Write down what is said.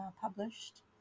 published